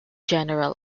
general